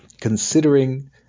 considering